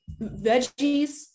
Veggies